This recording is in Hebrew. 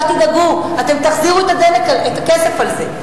אל תדאגו, אתם תחזירו את הכסף על זה.